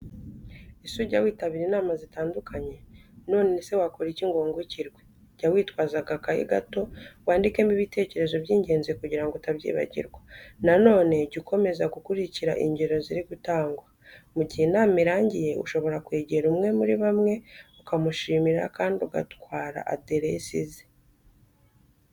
Ese ujya witabira inama zitandukanye? Nonese wakora iki ngo wungukirwe? Jya witwaza agakayi gato wandikemo ibitekerezo by'ingenzi, kugira ngo utabyibagirwa. Na none jya ukomeza gukurikira ingero ziri gutangwa. Mu gihe inama irangiye, ushobora kwegera umwe muri bamwe ukamushimira kandi ugatwara aderesi ze.